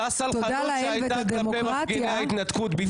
אותה סלחנות שהייתה כלפי מפגיני ההתנתקות.